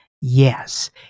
Yes